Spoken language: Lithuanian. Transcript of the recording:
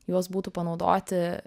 juos būtų panaudoti